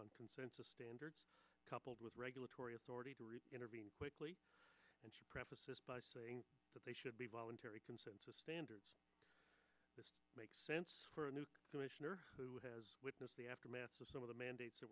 on consensus standards coupled with regulatory authority to intervene quickly and should preface this by saying that they should be voluntary consensus standards this makes sense for a new commissioner who has witnessed the aftermath of the mandates that